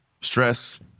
stress